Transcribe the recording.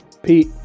Pete